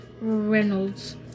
Reynolds